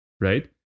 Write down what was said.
right